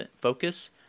focus